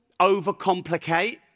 overcomplicate